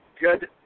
good